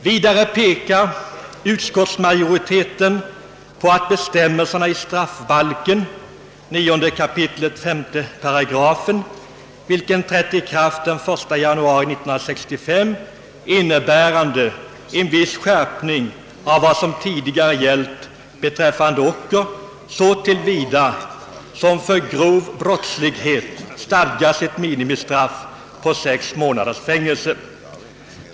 Vidare pekar utskottsmajoriteten på att bestämmelserna i brottsbalken 9 kap. 8 5, vilken trätt i kraft den 1 januari 1965, innebär en viss skärpning av vad som tidigare gällt beträffande ocker så till vida som för grov brottslighet stadgats ett minimistraff av sex månaders fängelse.